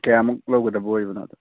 ꯀꯌꯥꯃꯨꯛ ꯂꯧꯒꯗꯕ ꯑꯣꯏꯕꯅꯣ ꯑꯗꯣ